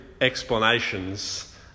explanations